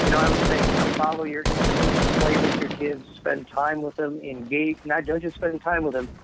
you know i would say follow your instincts. play with your kids, spend time with them, engage. ah don't just spend time with them,